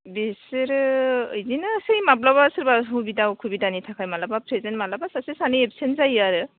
बिसोरो बिदिनोसै माब्लाबा सोरबा सुबिदा असुबिदानि थाखाय माब्लाबा प्रेजेन्ट माब्लाबा सासे सानै एबसेन्ट जायो आरो